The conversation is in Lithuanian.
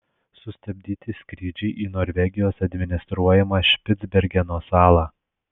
sustabdyti skrydžiai į norvegijos administruojamą špicbergeno salą